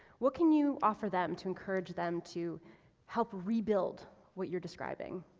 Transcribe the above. what can you offer them to encourage them to help rebuild what you're describing?